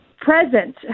present